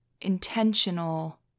intentional